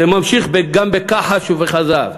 זה ממשיך גם בכחש ובכזב.